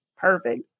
perfect